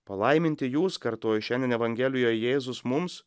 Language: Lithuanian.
palaiminti jūs kartoju šiandien evangelijoje jėzus mums